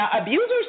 abusers